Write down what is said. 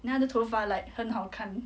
then 他的头发 like 很好看